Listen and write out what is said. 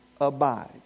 abide